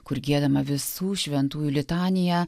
kur giedama visų šventųjų litanija